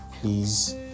Please